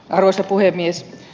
arvoisa puhemies